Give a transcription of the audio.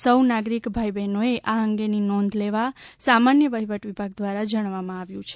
સૌ નાગરિક ભાઇ બહેનોને આ અંગેની નોંધ લેવા સામાન્ય વહિવટ વિભાગ દ્વારા જણાવવામાં આવ્યું છે